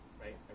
right